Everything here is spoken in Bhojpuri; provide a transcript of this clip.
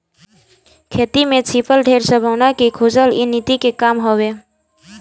खेती में छिपल ढेर संभावना के खोजल इ नीति के काम हवे